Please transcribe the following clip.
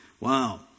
Wow